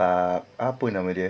err apa nama dia